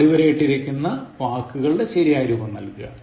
അടിവരയിട്ടിരിക്കുന്ന വാക്കുകളുടെ ശരിയായ രൂപം നൽകുക